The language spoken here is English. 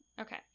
Okay